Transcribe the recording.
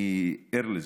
אני ער לזה.